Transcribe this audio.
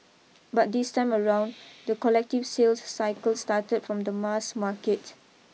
but this time around the collective sales cycle started from the mass market